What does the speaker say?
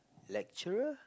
lecturer